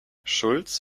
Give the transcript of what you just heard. schulz